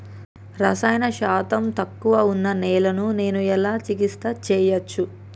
రసాయన శాతం తక్కువ ఉన్న నేలను నేను ఎలా చికిత్స చేయచ్చు?